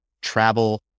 travel